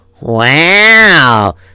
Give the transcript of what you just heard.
Wow